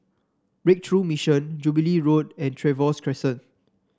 Breakthrough Mission Jubilee Road and Trevose Crescent